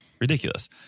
ridiculous